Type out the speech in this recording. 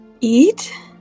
eat